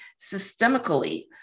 systemically